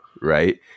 right